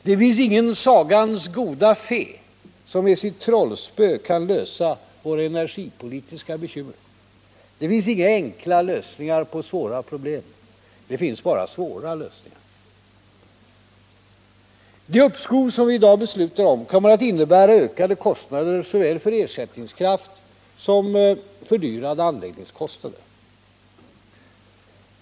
Det finns ingen sagans goda fe som med sitt trollspö kan lösa våra energipolitiska bekymmer. Det finns inga enkla lösningar på svåra problem. Det finns bara svåra lösningar. Det uppskov som vi i dag beslutar om kommer att innebära såväl ökade kostnader för ersättningskraft som fördyrade anläggningskostnader.